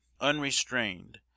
unrestrained